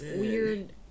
Weird